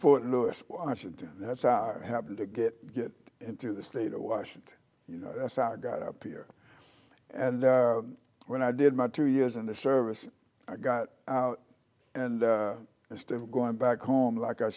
fort lewis washington that's our happened to get get into the state of washington you know as i got up here and when i did my two years in the service i got out and instead of going back home like i